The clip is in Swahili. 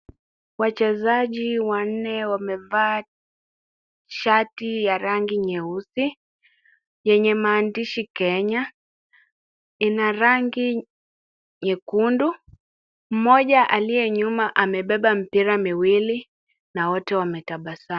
Wachezaji wanne wamevaa shati ya rangi nyeusi yenye maandishi Kenya, ina rangi nyekundu, mmoja aliye nyuma amebeba mipira miwili na wote wametabasamu.